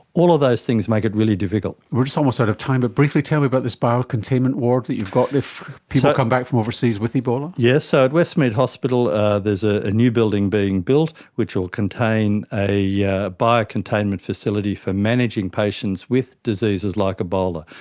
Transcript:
all of those things make it really difficult. we're almost out of time, but briefly tell me about this bio-containment ward that you've got if people come back from overseas with ebola. yes, so at westmead hospital there's a a new building being built which will contain a yeah bio-containment facility for managing patients with diseases like ebola.